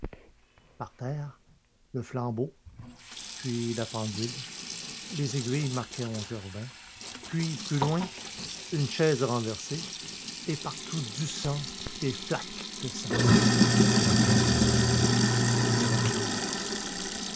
par terre le flambeau puis la pendule les aiguilles marquaient onze heures vingt puis plus loin une chaise renversée et partout du sang des flaques de sang et la perle noire